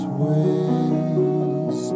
ways